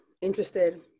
interested